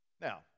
Now